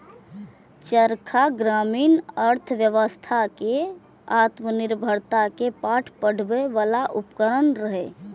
चरखा ग्रामीण अर्थव्यवस्था कें आत्मनिर्भरता के पाठ पढ़बै बला उपकरण रहै